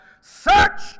search